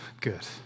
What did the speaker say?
Good